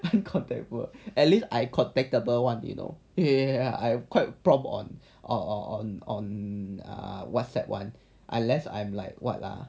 uncontactable at least I contactable [one] did you know I quite prompt on on on err whatsapp [one] unless I'm like what lah